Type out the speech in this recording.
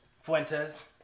Fuentes